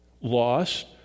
lost